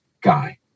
guy